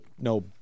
no